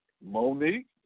Monique